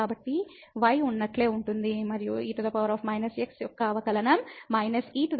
కాబట్టి y ఉన్నట్లే ఉంటుంది మరియు e x యొక్క అవకలనం−e x అవుతుంది